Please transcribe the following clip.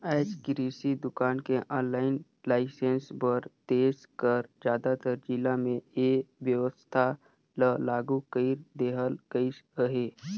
आएज किरसि दुकान के आनलाईन लाइसेंस बर देस कर जादातर जिला में ए बेवस्था ल लागू कइर देहल गइस अहे